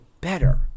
better